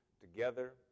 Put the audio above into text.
together